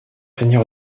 seigneur